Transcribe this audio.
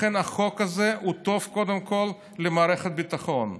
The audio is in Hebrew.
לכן החוק הזה הוא טוב קודם כול למערכת הביטחון,